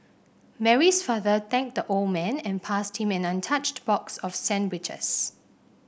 Mary's father thanked the old man and passed him an untouched box of sandwiches